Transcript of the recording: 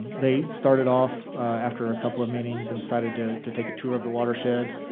they started off after a couple of meetings and decided to to take a tour of the watershed.